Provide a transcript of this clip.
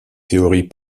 théories